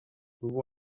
hubo